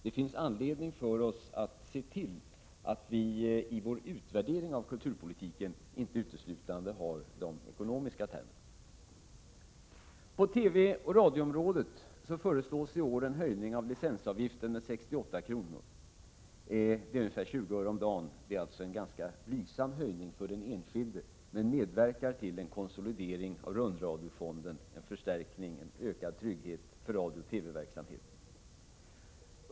Det finns anledning för oss att se till att vi i vår utvärdering av kulturpolitiken inte uteslutande har de ekonomiska termerna. På TV och radioområdet föreslår vi i år en höjning av licensavgiften med 68 kr. Det blir ungefär 20 öre om dagen, dvs. en ganska blygsam höjning för den enskilde. Höjningen medverkar emellertid till en konsolidering av rundradiofonden och innebär en förstärkning och ökad trygghet för radiooch TV-verksamheten.